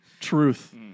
Truth